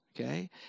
Okay